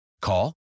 Call